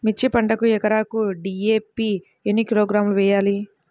మిర్చి పంటకు ఎకరాకు డీ.ఏ.పీ ఎన్ని కిలోగ్రాములు వేయాలి?